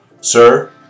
sir